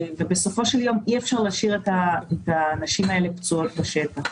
בסופו של יום אי אפשר להשאיר את הנשים האלה פצועות בשטח.